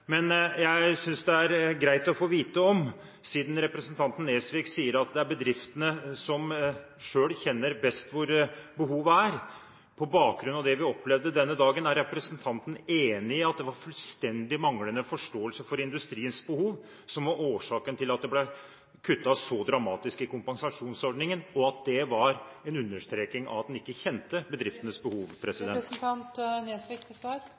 Men jeg synes det ville være greit å vite – siden representanten Nesvik sier at det er bedriftene selv som best kjenner hvilke behov de har, og på bakgrunn av det vi opplevde den dagen – om representanten er enig i at det var en fullstendig manglende forståelse for industriens behov som var årsaken til at det ble kuttet så dramatisk i kompensasjonsordningen, og at det understreker at en ikke kjente bedriftenes behov?